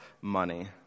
money